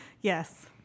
Yes